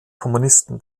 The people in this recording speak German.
kommunisten